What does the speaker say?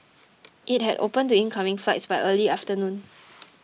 it had opened to incoming flights by early afternoon